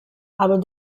aber